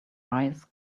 eyes